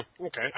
okay